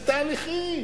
אלה תהליכים.